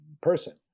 person